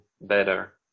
better